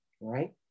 right